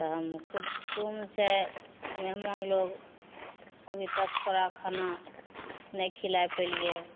तऽ हम कुटुम्ब छै मेहमान लोक अभी तक ओकरा खाना नहि खिलै पएलिए